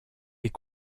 est